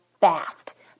fast